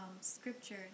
scripture